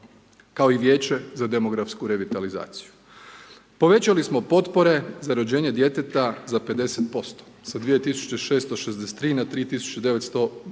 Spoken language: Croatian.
kao i vijeće za demografsku revitalizaciju. Povećali smo potpore za rođenje djeteta za 50% sa 2663 na 3991